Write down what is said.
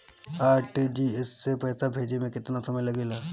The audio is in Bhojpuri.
आर.टी.जी.एस से पैसा भेजे में केतना समय लगे ला?